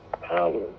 power